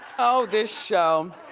oh, this show.